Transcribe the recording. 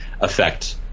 affect